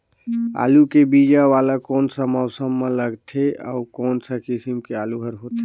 आलू के बीजा वाला कोन सा मौसम म लगथे अउ कोन सा किसम के आलू हर होथे?